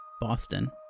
Boston